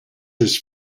his